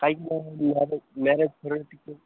marriage ଟିକେ